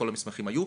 כל המסמכים היו,